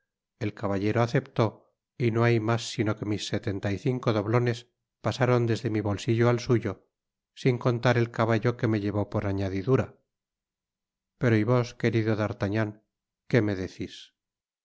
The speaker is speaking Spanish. el caballero aceptó y no hay mas sino que mis setenta y cinco doblones pasaron desde mi bolsillo al suyo sin contar el caballo qr me llevó por añadidura pero y vos querido d'artagnan qué me decis